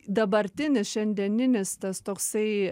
dabartinis šiandieninis tas toksai